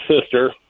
sister